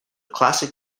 classic